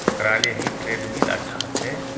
ओकरा लिए ही ट्रेड मील अच्छा छै